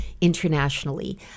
internationally